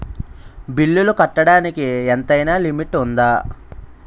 బిల్లులు కట్టడానికి ఎంతైనా లిమిట్ఉందా?